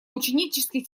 ученических